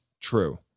true